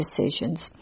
decisions